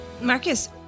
Marcus